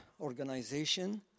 organization